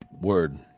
Word